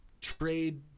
trade